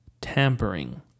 tampering